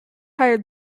hired